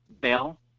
Bell